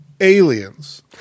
aliens